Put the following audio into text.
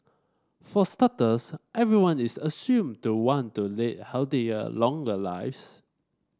for starters everyone is assumed to want to lead healthier longer lives